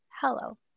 Hello